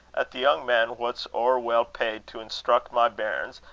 at the young man, wha's ower weel paid to instruck my bairns,